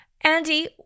Andy